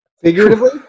Figuratively